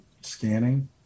scanning